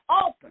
open